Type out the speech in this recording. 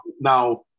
now